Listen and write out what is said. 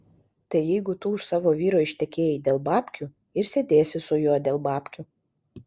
tai jeigu tu už savo vyro ištekėjai dėl babkių ir sėdėsi su juo dėl babkių